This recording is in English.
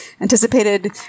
anticipated